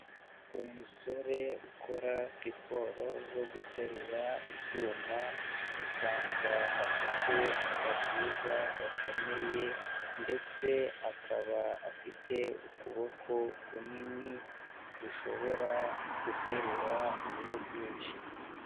Umusore ukora siporo zo guterura ibyuma, usanga afite agatuza gakomeye ndetse akaba afite ukuboko kunini, gushobora guterura ibiro byinshi.